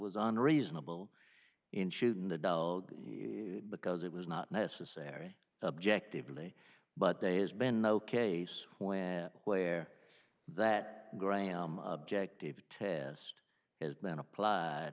was unreasonable in shooting the dog because it was not necessary objective really but they has been no case when where that graham objective test has been applied